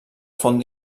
font